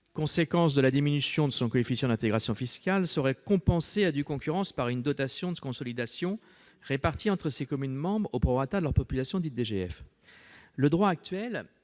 conséquence de la diminution de son coefficient d'intégration fiscale, sera compensée à due concurrence par une dotation de consolidation répartie entre ses communes membres au prorata de leur population dite « DGF ». Le droit actuel